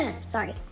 sorry